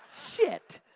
shit.